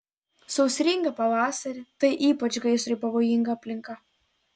sausringą pavasarį tai ypač gaisrui pavojinga aplinka